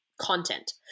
content